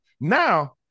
Now